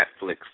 Netflix